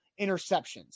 interceptions